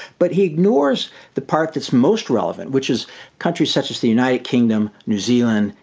but he ignores the part that's most relevant, which is countries such as the united kingdom, new zealand,